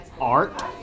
Art